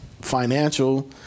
financial